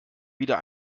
wieder